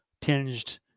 tinged